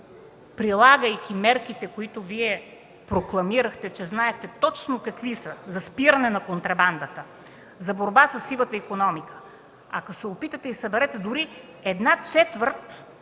прилагайки мерките, които Вие прокламирахте, че знаете точно какви са – за спиране на контрабандата, за борба със сивата икономика, ако се опитате и съберете дори една четвърт